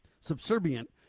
subservient